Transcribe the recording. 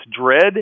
dread